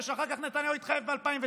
ושאחר כך נתניהו התחייב ב-2019,